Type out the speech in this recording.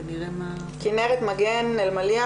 כנרת מגן אלמליח